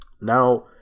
Now